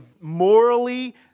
morally